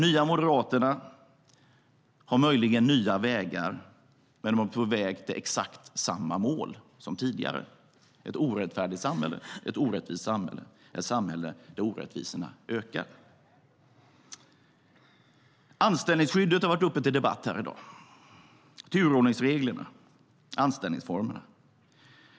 Nya moderaterna har möjligen nya vägar, men de är på väg till exakt samma mål som tidigare: ett orättfärdigt samhälle, ett orättvist samhälle, ett samhälle där orättvisorna ökar. Anställningsskyddet har varit uppe till debatt här i dag, turordningsreglerna och anställningsformerna.